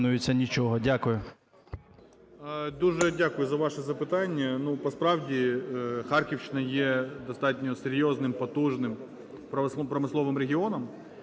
Дуже дякую за ваше запитання. Насправді Харківщина є достатньо серйозним, потужним промисловим регіоном,